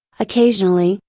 occasionally,